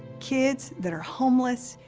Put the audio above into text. kids that are homeless,